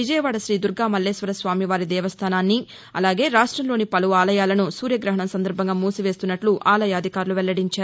విజయవాడ శ్రీ దుర్గా మల్లేశ్వర స్వామి వారి దేవస్థానాన్నిఅలాగే రాష్టంలోని పలు ఆలయాలను సూర్యగ్రహణం సందర్భంగా మూసివేస్తున్నట్లు ఆలయ అధికారులు వెల్లడించారు